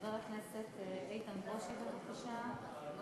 חבר הכנסת איתן ברושי, בבקשה.